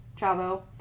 Chavo